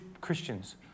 Christians